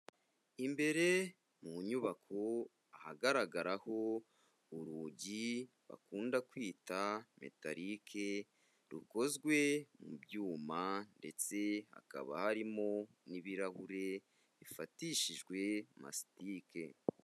Imbere mu nyubako ahagaragaraho urugi bakunda kwita metarike, rukozwe mu byuma ndetse hakaba harimo n'ibirahure bifatishijwe masitike.